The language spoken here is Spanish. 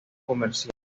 comercial